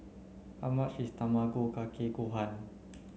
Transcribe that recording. how much is Tamago Kake Gohan